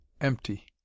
empty